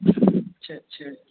अच्छा अच्छा